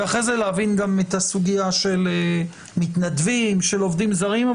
ואחרי זה להבין גם את הסוגיה של מתנדבים ועובדים זרים.